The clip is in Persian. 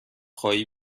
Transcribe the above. خواهی